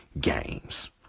games